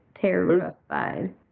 Terrified